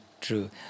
true